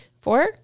four